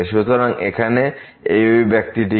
সুতরাং এখানে এই অভিব্যক্তি কি